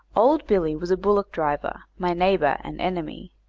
old billy was a bullock driver, my neighbour and enemy,